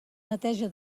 neteja